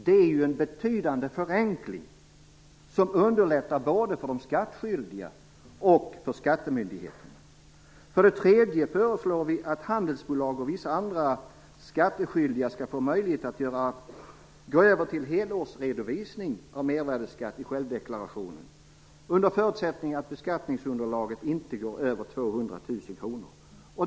Det är en betydande förenkling, som underlättar både för de skattskyldiga och för skattemyndigheterna. För det tredje föreslår vi att handelsbolag och vissa andra skattskyldiga skall få möjlighet att gå över till helårsredovisning av mervärdesskatt i självdeklarationen, under förutsättning att beskattningsunderlaget inte går över 200 000 kr.